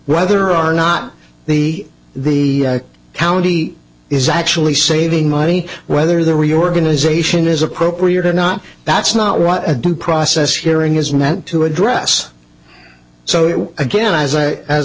whether or not the the county is actually saving money whether the reorganization is appropriate or not that's not what a due process hearing is meant to address so it again as i as